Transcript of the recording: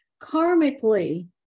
karmically